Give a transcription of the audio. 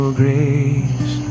grace